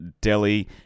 Delhi